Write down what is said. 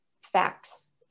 facts